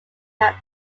have